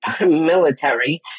military